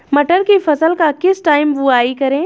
मटर की फसल का किस टाइम बुवाई करें?